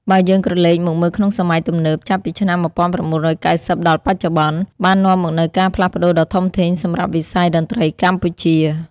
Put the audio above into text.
បើយើងក្រឡេកមកមើលក្នុងសម័យទំនើប ចាប់ពីឆ្នាំ ១៩៩០ ដល់បច្ចុប្បន្ន បាននាំមកនូវការផ្លាស់ប្តូរដ៏ធំធេងសម្រាប់វិស័យតន្ត្រីកម្ពុជា។